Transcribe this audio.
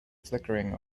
flickering